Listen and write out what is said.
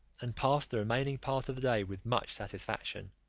and passed the remaining part of the day with much satisfaction,